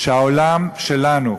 שהעולם שלנו,